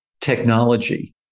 technology